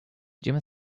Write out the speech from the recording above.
jim